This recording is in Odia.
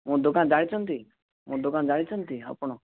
ମୋ ଦୋକାନ ଜାଣିଛନ୍ତି ମୋ ଦୋକାନ ଜାଣିଛନ୍ତି ଆପଣ